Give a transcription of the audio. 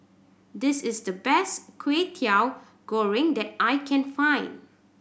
this is the best Kwetiau Goreng that I can find